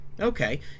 Okay